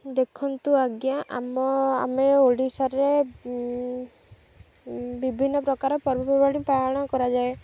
ଦେଖନ୍ତୁ ଆଜ୍ଞା ଆମ ଆମେ ଓଡ଼ିଶାରେ ବିଭିନ୍ନ ପ୍ରକାର ପର୍ବପର୍ବାଣି ପାଳନ କରାଯାଏ